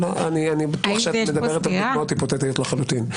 אני בטוח שאת מדברת על דוגמאות היפותטיות לחלוטין.